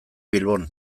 bilbon